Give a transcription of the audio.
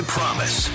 Promise